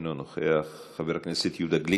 אינו נוכח, חבר הכנסת יהודה גליק,